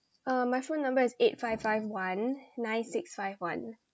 um my phone number is eight five five one nine six five one